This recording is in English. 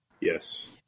Yes